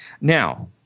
now